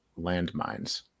landmines